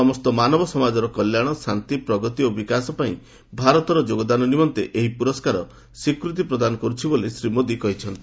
ସମସ୍ତ ମାନବ ସମାଜର କଲ୍ୟାଣ ଶାନ୍ତି ପ୍ରଗତି ଓ ବିକାଶ ପାଇଁ ଭାରତର ଯୋଗଦାନ ନିମନ୍ତେ ଏହି ପୁରସ୍କାର ସ୍ୱୀକୂତି ପ୍ରଦାନ କରୁଛି ବୋଲି ଶ୍ରୀ ମୋଦି କହିଚ୍ଚନ୍ତି